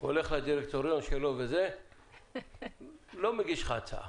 ארז חסדאי ילך לדירקטוריון שלו והוא לא יגיש לך הצעה